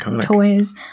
toys